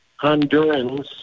Hondurans